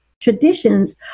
traditions